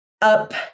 up